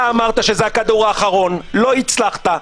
אתה אמרת שזה הכדור האחרון ולא הצלחת,